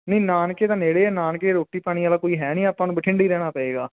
ਨਹੀਂ ਨਾਨਕੇ ਤਾਂ ਨੇੜੇ ਹੈ ਨਾਨਕੇ ਰੋਟੀ ਪਾਣੀ ਵਾਲਾ ਕੋਈ ਹੈ ਨਹੀਂ ਆਪਾਂ ਨੂੰ ਬਠਿੰਡੇ ਹੀ ਰਹਿਣਾ ਪਵੇਗਾ